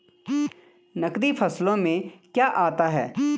नकदी फसलों में क्या आता है?